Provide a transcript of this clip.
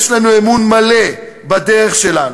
יש לנו אמון מלא בדרך שלנו,